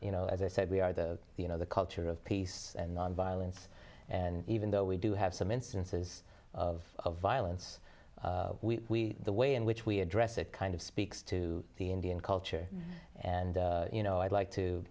you know as i said we are the you know the culture of peace and nonviolence and even though we do have some instances of violence we the way in which we address it kind of speaks to the indian culture and you know i'd like to